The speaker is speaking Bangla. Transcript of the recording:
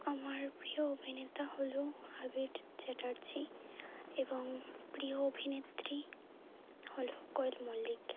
আমার প্রিয় অভিনেতা হলো আবির চ্যাটার্জী এবং প্রিয় অভিনেত্রী হলো কোয়েল মল্লিক